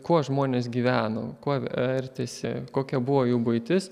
kuo žmonės gyveno kuo vertėsi kokia buvo jų buitis